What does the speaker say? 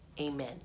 amen